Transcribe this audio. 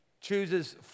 chooses